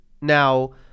Now